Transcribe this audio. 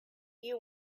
you